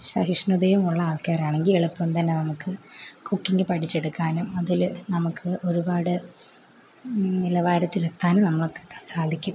സഹിഷ്ണുതയും ഉള്ള ആൾക്കാരാണെങ്കിൽ എളുപ്പം തന്നെ നമുക്ക് കുക്കിംഗ് പഠിച്ചെടുക്കാനും അതിൽ നമുക്ക് ഒരുപാട് നിലവാരത്തിൽ എത്താനും നമുക്കൊക്കെ സാധിക്കും